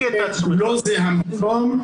לא זה המקום.